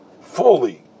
fully